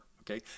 Okay